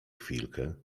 chwilkę